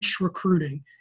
recruiting